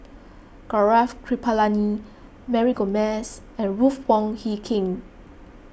Gaurav Kripalani Mary Gomes and Ruth Wong Hie King